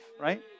right